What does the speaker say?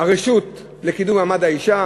הרשות לקידום מעמד האישה